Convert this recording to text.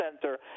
center